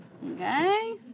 Okay